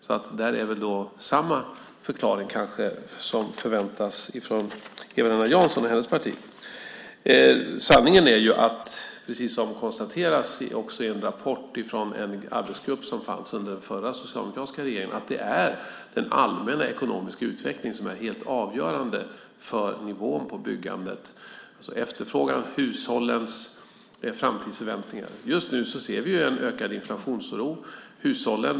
Så där är det kanske samma förklaring som förväntas från Eva-Lena Jansson och hennes parti. Sanningen är, precis som det också konstateras i en rapport från en arbetsgrupp som fanns under den förra socialdemokratiska regeringen, att det är den allmänna ekonomiska utvecklingen som är helt avgörande för nivån på byggandet, alltså efterfrågan och hushållens framtidsförväntningar. Just nu ser vi en ökad inflationsoro.